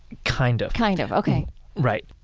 kind of kind of. ok right.